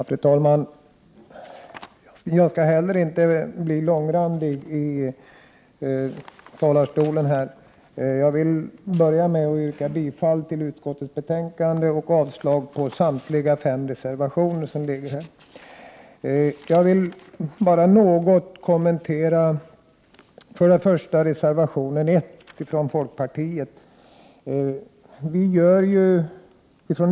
Fru talman! Inte heller jag skall bli långrandig i talarstolen. Jag vill börja med att yrka bifall till hemställan i utskottets betänkande och avslag på samtliga fem reservationer. Jag vill först och främst kort kommentera reservation 1 från folkpartiet.